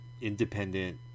independent